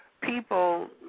people